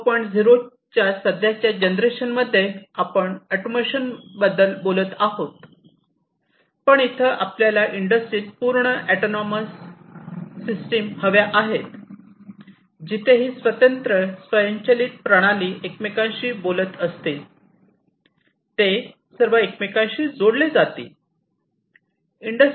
0 च्या सध्याच्या जनरेशन मध्ये आपण ऑटोमेशनबद्दल बोलत आहोत पण इथे आपल्याला इंडस्ट्रीत पूर्ण ऑटोनॉमस Autonomous स्वायत्त सिस्टम हव्या आहेत जिथे ही स्वतंत्र स्वयंचलित प्रणाली एकमेकांशी बोलत असतील ते सर्व एकमेकांशी जोडले जातील